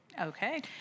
Okay